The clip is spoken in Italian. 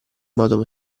modo